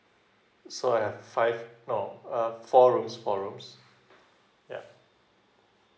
so I have five no uh four rooms four rooms yeah